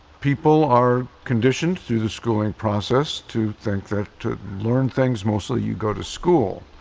people are conditioned through the schooling process to think that to learn things mostly you go to school.